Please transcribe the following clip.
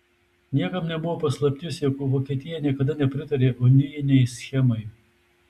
niekam nebuvo paslaptis jog vokietija niekada nepritarė unijinei schemai